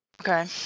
Okay